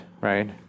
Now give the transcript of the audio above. right